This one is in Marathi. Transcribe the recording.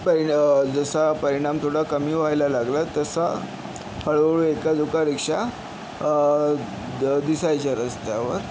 पहिला जसा परिणाम थोडा कमी व्हायला लागला तसा हळूहळू एक्कादुक्का रिक्षा द दिसायच्या रस्त्यावर